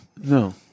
no